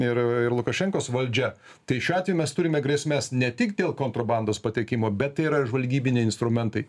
ir ir lukašenkos valdžia tai šiuo atveju mes turime grėsmes ne tik dėl kontrabandos patekimo bet yra žvalgybiniai instrumentai